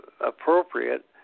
appropriate